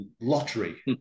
lottery